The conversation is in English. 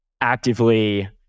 actively